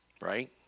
right